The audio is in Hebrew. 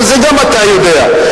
אבל גם אתה יודע.